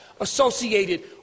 associated